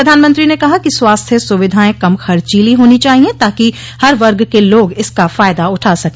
प्रधानमंत्री ने कहा कि स्वास्थ्य सूविधाएं कम खर्चीली होनी चाहिये ताकि हर वर्ग के लोग इसका फायदा उठा सके